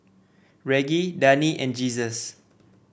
Reggie Dani and Jesus